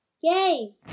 Yay